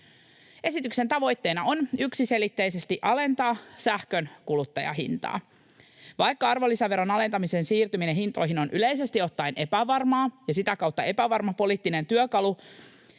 Esityksen tavoitteena on yksiselitteisesti alentaa sähkön kuluttajahintaa. Vaikka arvonlisäveron alentamisen siirtyminen hintoihin on yleisesti ottaen epävarmaa ja sitä kautta epävarma poliittinen työkalu,